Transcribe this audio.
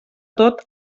tot